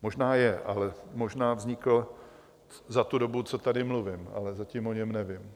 Možná je, ale možná vznikl za tu dobu, co tady mluvím, ale zatím o něm nevím.